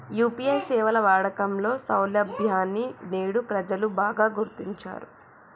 UPI సేవల వాడకంలో సౌలభ్యాన్ని నేడు ప్రజలు బాగా గుర్తించారు